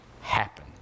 happen